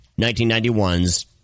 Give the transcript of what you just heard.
1991's